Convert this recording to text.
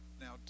now